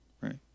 right